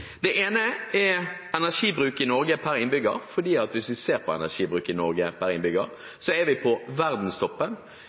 Det ene er energibruk i Norge per innbygger, for hvis man ser på energibruk i Norge per innbygger,